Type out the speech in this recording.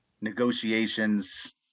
negotiations